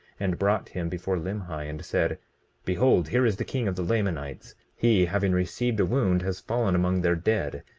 and brought him before limhi, and said behold, here is the king of the lamanites he having received a wound has fallen among their dead,